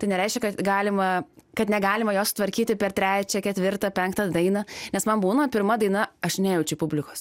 tai nereiškia kad galima kad negalima jos sutvarkyti per trečią ketvirtą penktą dainą nes man būna pirma daina aš nejaučiu publikos